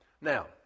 Now